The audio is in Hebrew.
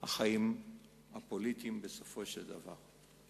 החיים הפוליטיים, בסופו של דבר.